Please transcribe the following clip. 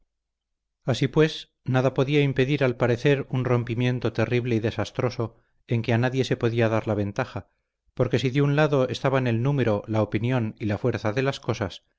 así pues nada podía impedir al parecer un rompimiento terrible y desastroso en que a nadie se podía dar la ventaja porque si de un lado estaban el número la opinión y la fuerza de las cosas